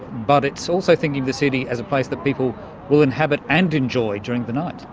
but it's also thinking of the city as a place that people will inhabit and enjoy during the night.